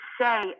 say